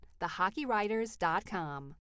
thehockeywriters.com